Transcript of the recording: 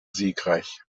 siegreich